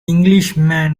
englishman